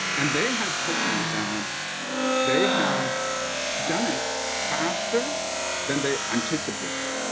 and they have told me that they have done it faster than they anticipated.